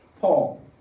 Paul